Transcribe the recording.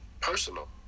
personal